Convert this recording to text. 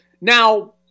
Now